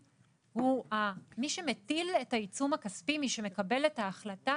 מי שמקבל את ההחלטה,